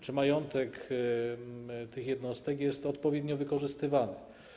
Czy majątek tych jednostek jest odpowiednio wykorzystywany?